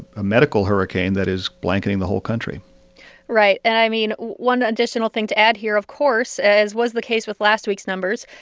a medical hurricane that is blanketing the whole country right. and i mean, one additional thing to add here, of course, as was the case with last week's numbers,